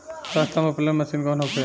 सस्ता में उपलब्ध मशीन कौन होखे?